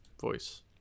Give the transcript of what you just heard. voice